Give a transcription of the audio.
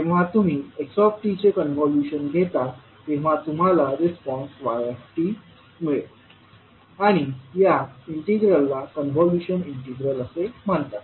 जेव्हा तुम्ही x चे कॉन्व्होल्यूशन घेता तेव्हा तुम्हाला रिस्पॉन्स y मिळेल आणि या इंटिग्रलला कॉन्व्होल्यूशन इंटिग्रल असे म्हणतात